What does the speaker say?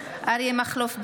אריה מכלוף דרעי,